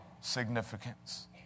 significance